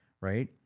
right